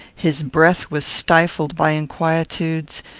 his breath was stifled by inquietudes,